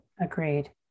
Agreed